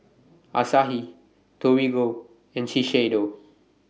Asahi Torigo and Shiseido